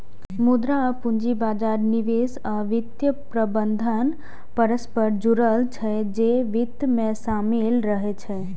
मुद्रा आ पूंजी बाजार, निवेश आ वित्तीय प्रबंधन परस्पर जुड़ल छै, जे वित्त मे शामिल रहै छै